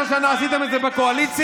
12 שנה עשיתם את זה בקואליציה,